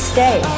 Stay